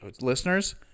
listeners